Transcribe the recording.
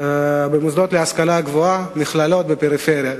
להשכלה גבוהה, מכללות ופריפריה.